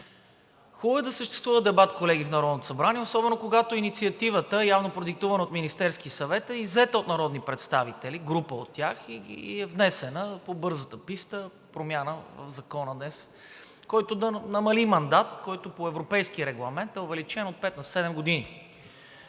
Хубаво е да съществува дебат, колеги, в Народното събрание, особено когато инициативата, явно продиктувана от Министерския съвет, е иззета от народни представители – група от тях, и е внесена днес по бързата писта промяна в Закона да намали мандат, който по европейски регламент е увеличен от пет на седем години.